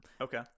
Okay